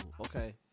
okay